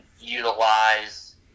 utilize